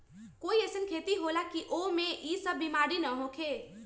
कोई अईसन खेती होला की वो में ई सब बीमारी न होखे?